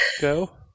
Go